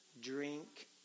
drink